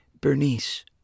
Bernice